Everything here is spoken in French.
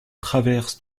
traverse